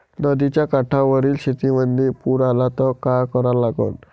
नदीच्या काठावरील शेतीमंदी पूर आला त का करा लागन?